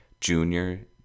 junior